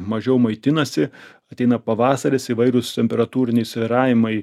mažiau maitinasi ateina pavasaris įvairūs temperatūriniai svyravimai